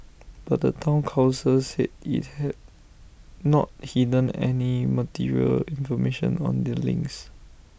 but the Town Council said IT had not hidden any material information on the links